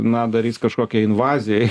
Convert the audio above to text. na darys kažkokią invaziją į